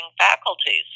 faculties